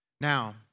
Now